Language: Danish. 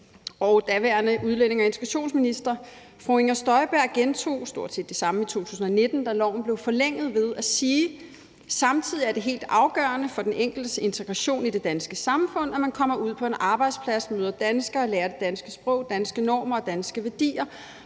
Daværende udlændinge- og integrationsminister Inger Støjberg gentog stort set det samme i 2019, da loven blev forlænget, ved at sige: Samtidig er det helt afgørende for den enkeltes integration i det danske samfund, at man kommer ud på en arbejdsplads, møder danskere, lærer det danske sprog, danske normer og danske værdier.